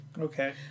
Okay